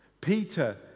Peter